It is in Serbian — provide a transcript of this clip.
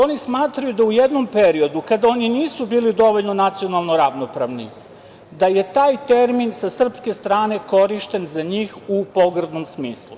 Oni smatraju da u jednom periodu kada oni nisu bili dovoljno nacionalno ravnopravni, da je taj termin sa srpske strane korišćen za njih u pogrdnom smislu.